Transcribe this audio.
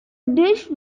dish